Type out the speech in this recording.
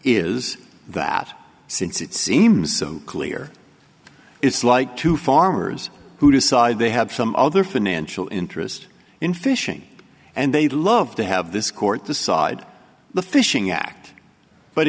is that since it seems clear it's like two farmers who decide they have some other financial interest in fishing and they love to have this court decide the fishing act but